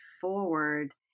forward